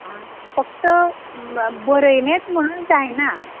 आं फक्त बरयलेंच म्हणून जायना